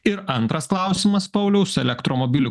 ir antras klausimas pauliaus elektromobilių